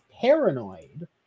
paranoid